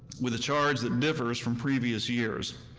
with a charge that differs from previous years.